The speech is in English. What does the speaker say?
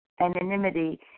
anonymity